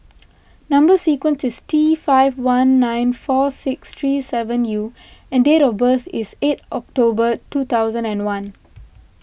Number Sequence is T five one nine four six three seven U and date of birth is eight October two thousand and one